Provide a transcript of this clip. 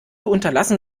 unterlassen